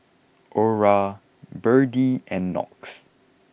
Ora Berdie and Knox